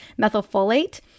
methylfolate